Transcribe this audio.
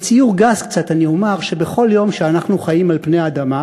בציור גס קצת אני אומר שבכל יום שאנחנו חיים על פני האדמה